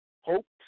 hopes